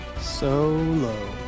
Solo